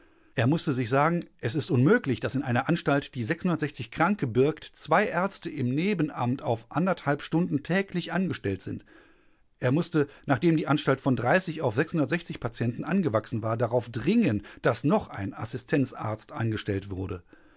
er mußte sich sagen es ist unmöglich daß in einer anstalt die kranke birgt zwei ärzte im nebenamt auf stunden täglich angestellt sind er mußte nachdem die anstalt von auf patienten angewachsen war darauf dringen daß noch ein assistenzarzt angestellt wurde